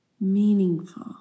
meaningful